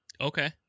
Okay